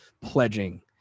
pledging